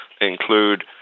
include